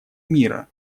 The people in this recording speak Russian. мира